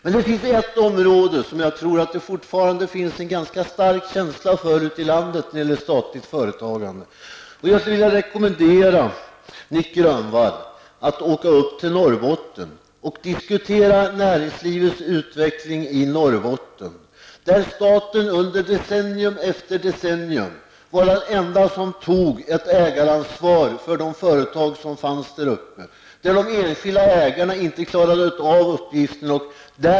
Men det finns ett område där jag tror att det fortfarande finns en ganska stark känsla ute i landet för statligt företagande. Jag vill rekommendera Nic Grönvall att åka upp till Norrbotten och diskutera näringslivets utveckling i Norrbotten. Där har staten under decennium efter decennium varit den enda som har tagit ett ägaransvar för de företag som finns där uppe, när det enskilda ägandet inte klarade av den uppgiften.